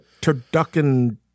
turducken